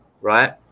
right